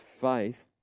faith